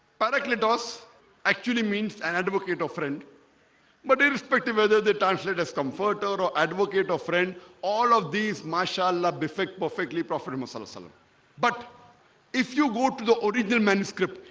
correctly does actually means an advocate or friend but irrespective whether they translated as comforter or advocate or friend all of these masha'allah affect perfectly preferred so messala but if you go to the original manuscript,